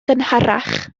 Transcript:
gynharach